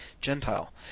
Gentile